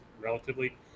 relatively